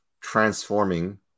transforming